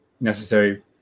necessary